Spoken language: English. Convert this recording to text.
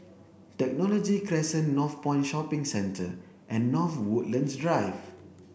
Technology Crescent Northpoint Shopping Centre and North Woodlands Drive